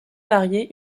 mariée